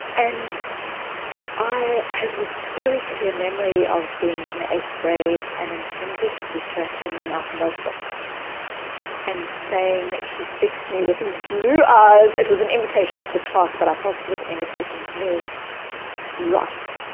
and i have this very clear memory of being in eighth grade and an english teacher handing out notebooks and saying she fixed me with these blue eyes it was an invitation to the class but i felt it was an invitation to me write.